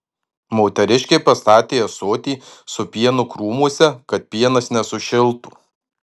moteriškė pastatė ąsotį su pienu krūmuose kad pienas nesušiltų